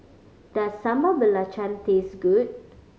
does Sambal Belacan taste good